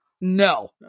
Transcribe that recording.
No